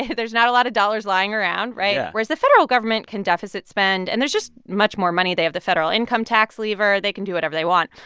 there's not a lot of dollars lying around, right? yeah whereas the federal government can deficit spend. and there's just much more money. they have the federal income tax lever. they can do whatever they want.